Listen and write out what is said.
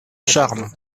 charmes